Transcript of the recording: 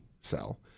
cell